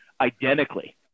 identically